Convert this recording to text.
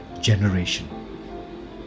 generation